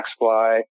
MaxFly